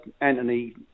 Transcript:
Anthony